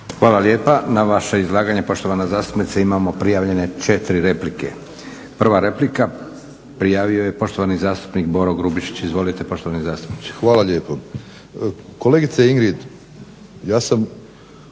Hvala lijepa. Na vaše izlaganje poštovana zastupnice imamo prijavljene četiri replike. Prva replika prijavio je poštovani zastupnik Boro Grubišić. Izvolite poštovani zastupniče. **Grubišić, Boro (HDSSB)** Hvala lijepo. Kolegice Ingrid, ja sam